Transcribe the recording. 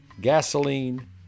gasoline